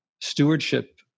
stewardship